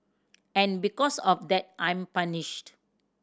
and because of that I'm punished